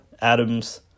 Adams